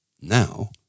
Now